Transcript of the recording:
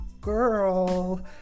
girl